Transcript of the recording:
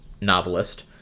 novelist